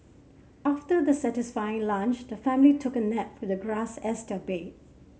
after the satisfying lunch the family took a nap with the grass as their bed